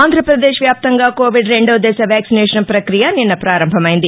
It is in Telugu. ఆంధ్రప్రదేశ్ వ్యాప్తంగా కోవిడ్ రెండో దశ వ్యాక్సినేషన్ ప్రక్రియ నిన్న పారంభమైంది